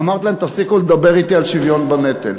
אמרתי להם: תפסיקו לדבר אתי על שוויון בנטל,